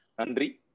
Andri